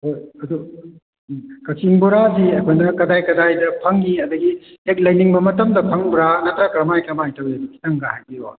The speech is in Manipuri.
ꯍꯣꯏ ꯑꯗꯣ ꯎꯝ ꯀꯛꯆꯤꯡ ꯕꯣꯔꯥꯗꯤ ꯑꯩꯈꯣꯏꯅ ꯀꯗꯥꯏ ꯀꯗꯥꯏꯗ ꯐꯪꯉꯤ ꯑꯗꯒꯤ ꯍꯦꯛ ꯂꯩꯅꯤꯡ ꯃꯇꯝꯗ ꯐꯪꯕ꯭ꯔꯥ ꯅꯠꯇꯔꯒ ꯀꯃꯥꯏ ꯀꯃꯥꯏ ꯇꯧꯏ ꯈꯤꯇꯪꯗ ꯍꯥꯏꯕꯤꯑꯣ